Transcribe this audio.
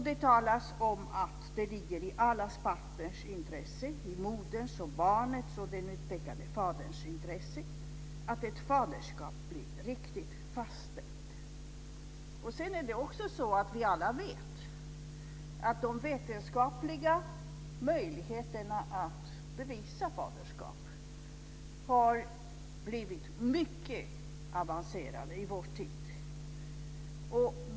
Det talas om att det ligger i alla partners intresse, i moderns, barnets och den utpekade faderns intresse, att ett faderskap blir riktigt fastställt. Sedan vet vi alla att de vetenskapliga möjligheterna att bevisa faderskap har blivit mycket avancerade i vår tid.